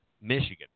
michigan